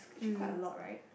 actually quite a lot right